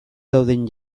dauden